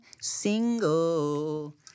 single